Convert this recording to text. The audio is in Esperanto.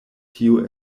tio